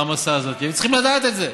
ההעמסה הזאת, הם צריכים לדעת את זה.